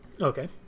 Okay